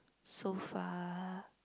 so far